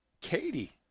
Katie